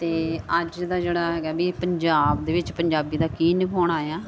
ਅਤੇ ਅੱਜ ਦਾ ਜਿਹੜਾ ਹੈਗਾ ਵੀ ਪੰਜਾਬ ਦੇ ਵਿੱਚ ਪੰਜਾਬੀ ਦਾ ਕੀ